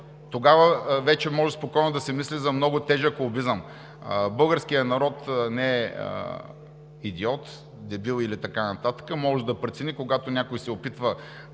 тогава вече може спокойно да се мисли за много тежък лобизъм. Българският народ не е идиот, дебил и така нататък и може да прецени, когато някой се опитва